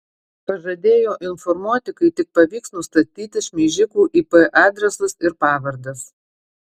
pažadėjo informuoti kai tik pavyks nustatyti šmeižikų ip adresus ir pavardes